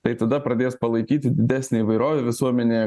tai tada pradės palaikyti didesnę įvairovę visuomenėje